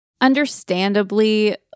Understandably